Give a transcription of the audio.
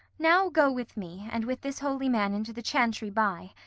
now go with me and with this holy man into the chantry by.